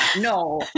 no